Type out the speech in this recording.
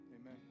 amen